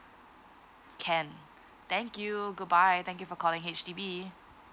can thank you goodbye thank you for calling H_D_B